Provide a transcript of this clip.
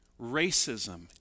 racism